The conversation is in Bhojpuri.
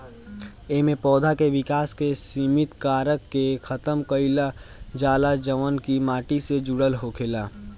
एमे पौधा के विकास के सिमित कारक के खतम कईल जाला जवन की माटी से जुड़ल होखेला